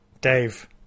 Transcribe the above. Dave